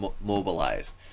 mobilized